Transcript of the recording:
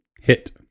Hit